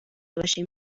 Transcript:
باشیم